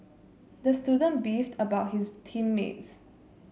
the student beefed about his team mates